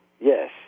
Yes